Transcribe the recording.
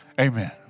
Amen